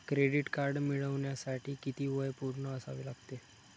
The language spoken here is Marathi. क्रेडिट कार्ड मिळवण्यासाठी किती वय पूर्ण असावे लागते?